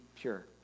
pure